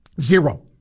Zero